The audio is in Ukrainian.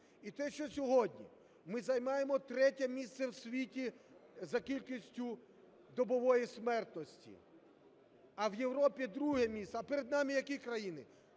І те, що сьогодні ми займаємо третє місце в світі за кількістю добової смертності, а в Європі – друге місце, а перед нами які країни?